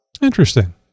Interesting